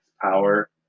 power